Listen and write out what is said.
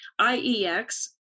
IEX